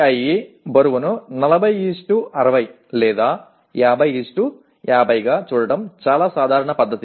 CIE బరువును 4060 లేదా 5050 గా చూడటం చాలా సాధారణ పద్ధతి